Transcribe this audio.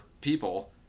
people